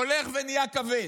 הולך ונהיה כבד,